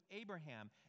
Abraham